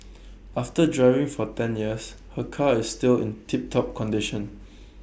after driving for ten years her car is still in tiptop condition